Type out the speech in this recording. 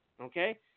Okay